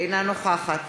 אינה נוכחת